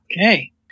okay